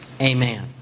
Amen